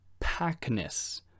packness